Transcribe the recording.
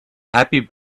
happy